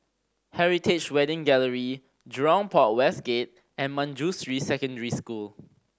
Heritage Wedding Gallery Jurong Port West Gate and Manjusri Secondary School